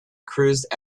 cruised